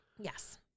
Yes